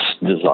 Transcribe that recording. design